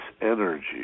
energy